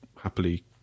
happily